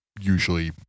usually